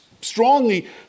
strongly